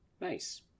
Nice